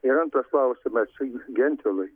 ir antras klausimas gentvilui